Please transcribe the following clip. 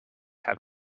have